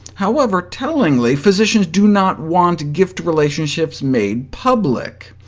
however, tellingly, physicians do not want gift relationships made public.